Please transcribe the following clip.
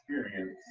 experience